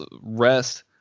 rest